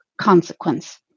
consequence